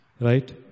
right